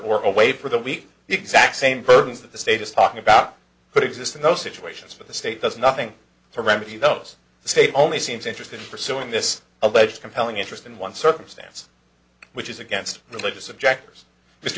or away for the week the exact same burdens that the state is talking about that exist in those situations but the state does nothing to remedy those state only seems interested in pursuing this alleged compelling interest in one circumstance which is against religious objectors